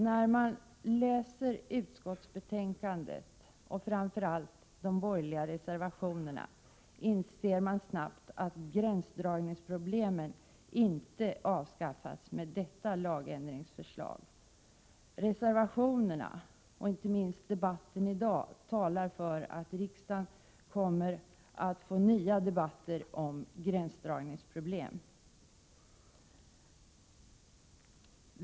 När man läser utskottsbetänkandet, och framför allt de borgerliga reservationerna, inser man snabbt att gränsdragningsproblemen inte avskaffas med detta lagändringsförslag. Reservationerna, och inte minst debatten i dag, talar för att riksdagen kommer att få nya debatter om gränsdragningsproblem.